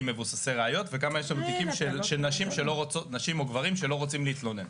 מבוססי ראיות וכמה תיקים של נשים או גברים שלא רוצים להתלונן.